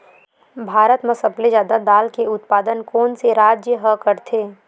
भारत मा सबले जादा दाल के उत्पादन कोन से राज्य हा करथे?